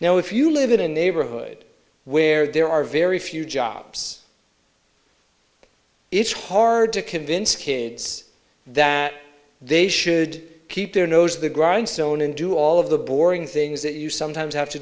now if you live in a neighborhood where there are very few jobs it's hard to convince kids that they should keep their nose to the grindstone and do all of the boring things that you sometimes have to